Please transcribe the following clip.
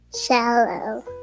Shallow